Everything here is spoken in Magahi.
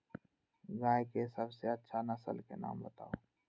गाय के सबसे अच्छा नसल के नाम बताऊ?